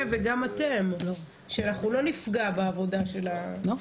וגם אתם שאנחנו לא נפגע בעבודה שלכם.